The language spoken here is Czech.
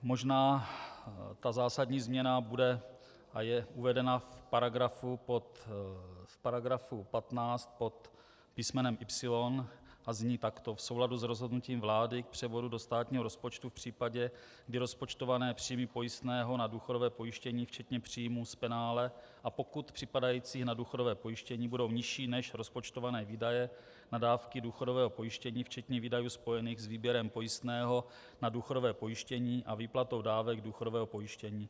Možná ta zásadní změna bude a je uvedena v § 15 pod písmenem y) a zní takto: v souladu s rozhodnutím vlády k převodu do státního rozpočtu v případě, kdy rozpočtované příjmy pojistného na důchodové pojištění včetně příjmů z penále a pokut připadajících na důchodové pojištění budou nižší než rozpočtované výdaje na dávky důchodového pojištění včetně výdajů spojených s výběrem pojistného na důchodové pojištění a výplatou dávek důchodového pojištění;